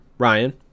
ryan